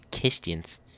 questions